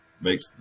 makes